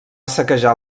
saquejar